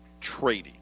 trading